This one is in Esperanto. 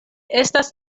estas